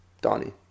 Donnie